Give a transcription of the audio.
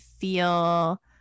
feel